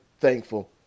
thankful